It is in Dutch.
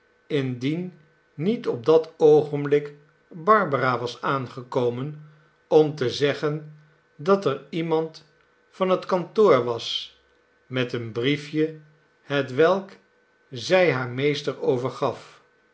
indien niet op dat oogenblik barbara was aangekomen om te zeggen dat er iemand van het kantoor was met een brief e hetwelk zij haar meester overgaf